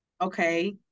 Okay